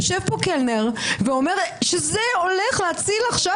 יושב פה קלנר ואומר שזה הולך להציל עכשיו